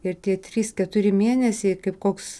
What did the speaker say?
ir tie trys keturi mėnesiai kaip koks